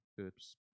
oops